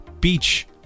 beach